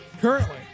Currently